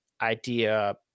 idea